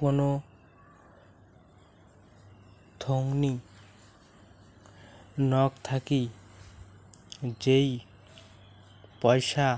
কোন থোংনি নক থাকি যেই পয়সা